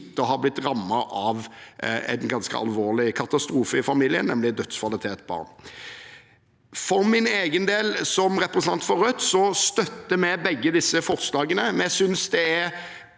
å ha blitt rammet av en ganske alvorlig katastrofe i familien, nemlig dødsfallet til et barn. For min egen del, som representant for Rødt, støtter jeg begge disse forslagene. Vi synes det er